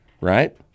right